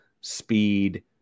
speed